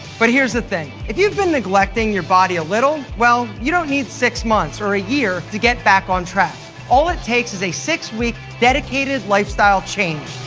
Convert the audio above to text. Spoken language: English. but here's the thing, if you've been neglecting your body a little, well, you don't need six months or a year to get back on track. all it takes is a six week dedicated lifestyle change.